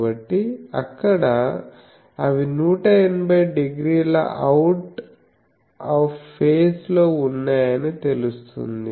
కాబట్టి అక్కడ అవి 180 డిగ్రీల అవుట్ ఆఫ్ ఫేజ్ లో ఉన్నాయని తెలుస్తుంది